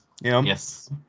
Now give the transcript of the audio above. Yes